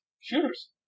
shooters